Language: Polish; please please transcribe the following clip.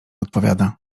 odpowiada